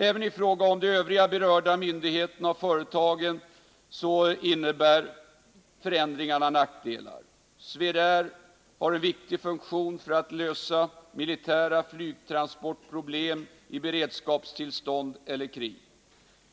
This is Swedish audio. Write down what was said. Även i fråga om de övriga berörda myndigheterna och företagen innebär förändringarna nackdelar. Swedair har en viktig funktion när det gäller att lösa militära flygtransportproblem i beredskapstillstånd eller krig.